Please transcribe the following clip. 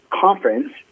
conference